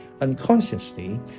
unconsciously